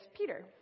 Peter